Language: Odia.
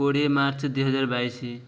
କୋଡ଼ିଏ ମାର୍ଚ୍ଚ ଦୁଇହଜାର ବାଇଶି